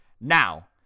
Now